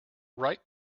ripe